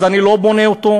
אז אני לא בונה אותו.